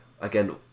again